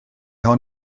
hon